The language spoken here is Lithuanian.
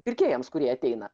pirkėjams kurie ateina